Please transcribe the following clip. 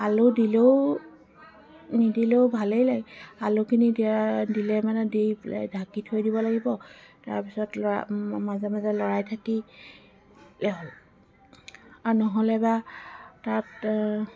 আলু দিলেও নিদিলেও ভালেই লাগে আলুখিনি দিয়া দিলে মানে দি পেলাই ঢাকি থৈ দিব লাগিব তাৰপিছত লৰা মাজে মাজে লৰাই থাকি আৰু নহ'লেবা তাত